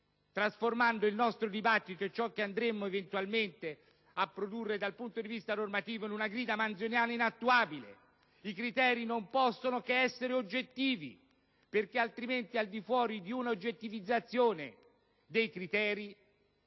trasformando il nostro dibattito e ciò che andremo eventualmente a produrre sul piano normativo in una grida manzoniana inattuabile. Mi riferisco al fatto che i criteri non possono che essere oggettivi, perché altrimenti, al di fuori di un'oggettivizzazione dei criteri,